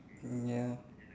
mm ya